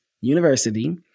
University